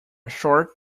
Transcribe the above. short